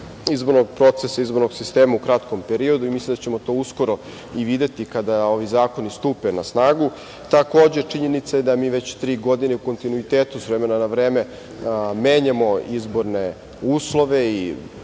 izbornog procesa, izbornog sistema u kratkom periodu i mislim da ćemo to uskoro i videti, kada ovi zakoni stupe na snagu. Takođe, činjenica je da mi već tri godine u kontinuitetu, s vremena na vreme, menjamo izborne uslove i